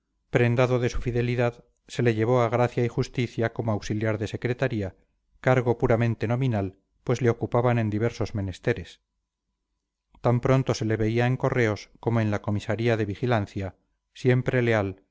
prendado de su fidelidad se le llevó a gracia y justicia como auxiliar de secretaría cargo puramente nominal pues le ocupaban en diversos menesteres tan pronto se le veía en correos como en la comisaría de vigilancia siempre leal